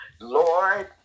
Lord